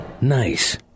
Nice